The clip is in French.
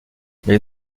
les